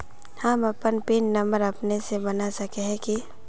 हम अपन pin number अपने से बना सके है की?